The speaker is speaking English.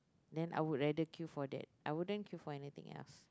then I would rather queue for that I wouldn't queue for anything else